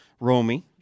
Romy